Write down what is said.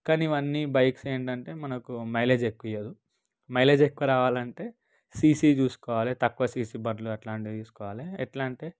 కానీ ఇవన్నీ బైక్స్ ఏంటంటే మనకు మైలేజ్ ఎక్కువ ఇయ్యదు మైలేజ్ ఎక్కువ రావాలంటే సీసీ చూసుకోవాలి తక్కువ సీసీ బండ్లు అట్లాంటివి తీసుకోవాలి ఎట్లా అంటే